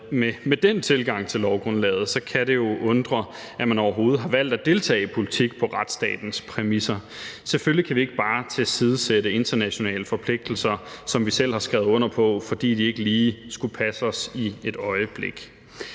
med den tilgang til lovgrundlaget kan det jo undre, at man overhovedet har valgt at deltage i politik på retsstatens præmisser. Selvfølgelig kan vi ikke bare tilsidesætte internationale forpligtelser, som vi selv har skrevet under på, fordi det ikke lige skulle passe os i et øjeblik.